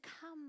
come